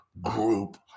group